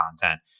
content